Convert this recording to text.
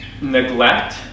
neglect